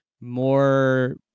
more